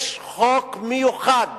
יש חוק מיוחד